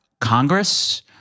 Congress